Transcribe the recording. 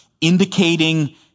indicating